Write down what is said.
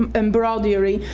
um embroidery,